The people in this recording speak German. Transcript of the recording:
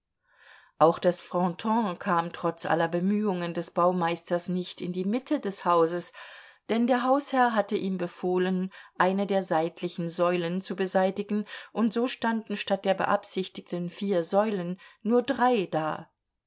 auch das fronton kam trotz aller bemühungen des baumeisters nicht in die mitte des hauses denn der hausherr hatte ihm befohlen eine der seitlichen säulen zu beseitigen und so standen statt der beabsichtigten vier säulen nur drei da